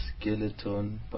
skeleton